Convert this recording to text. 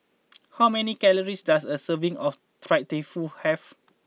how many calories does a serving of Fried Tofu have